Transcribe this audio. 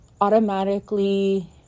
automatically